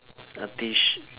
a tee S~